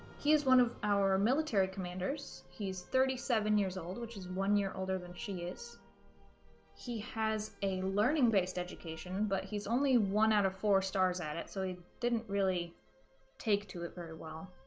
he is one of our military commanders he's thirty seven years old which is one year older than she is he has a learning-based education but he's only one out of four stars at it so he didn't really take to it very well